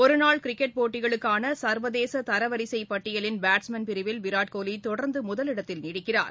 ஒருநாள் கிரிக்கெட் போட்டிகளுக்கானசர்வதேசதரவரிசைப் பட்டியலின் பேட்ஸ்மேன் பிரிவில் விராட் கோலிதொடர்ந்துமுதலிடத்தில் நீடிக்கிறார்